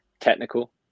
technical